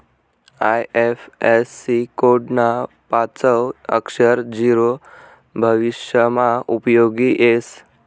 IFSC code ना पाचवं अक्षर झीरो भविष्यमा उपयोगी येस